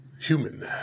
human